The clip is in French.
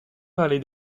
parler